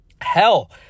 hell